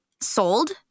sold